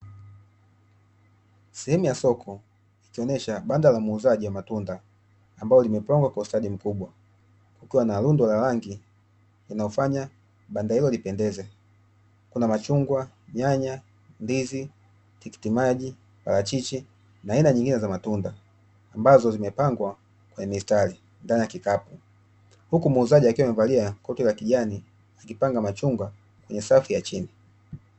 Sehemu ya soko likionesha banda la muuzaji wa matunda ambalo limepangwa kwa ustadi mkubwa kukiwa na rundo la rangi inayofanya banda hilo lipendeze. Kuna machungwa, nyanya, ndizi, tikitimaji, parachichi, na aina nyingine za matunda ambazo zimepangwa kwenye mistari ndani ya kikapu. Huku muuzaji akiwa amevalia koti la kijani, akipanga machungwa kwenye safu ya chini.